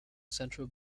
central